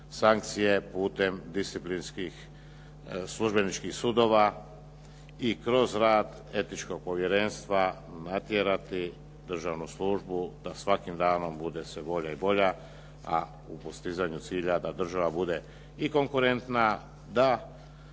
sankcije putem disciplinskih službeničkih sudova i kroz rad etničkog povjerenstva natjerati državnu službu da svakim danom bude sve bolja i bolja, a u postizanju cilja da država bude i konkurentna,